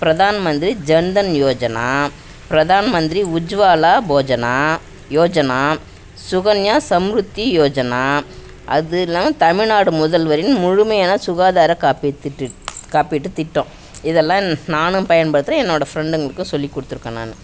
பிரதான் மந்திரி ஜன்தன் யோஜனா பிரதான் மந்திரி உஜ்வாலா போஜனா யோஜனா சுகன்யா சம்ருதிகா யோசனா அது இல்லாமல் தமிழ்நாடு முதல்வரின் முழுமையான சுகாதார காப்பீட்டுத் திட்டு காப்பீட்டு திட்டம் இதெல்லாம் நான் பயன்படுத்துகிறேன் என்னோடய ஃபிரண்டுங்களுக்கும் சொல்லிக் கொடுத்துருக்கேன் நான்